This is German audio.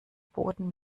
boden